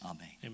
Amen